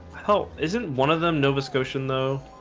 hope isn't one of them nova scotian though.